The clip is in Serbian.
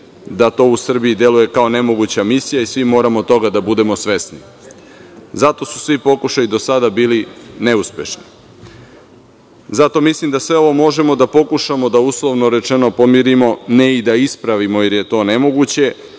da to u Srbiji deluje kao nemoguća misija i svi moramo toga da budemo svesni. Zato su svi pokušaji do sada bili neuspešni. Zato mislim da sve ovo možemo da pokušamo da, uslovno rečeno, pomirimo, ne i da ispravimo, jer je to nemoguće,